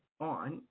on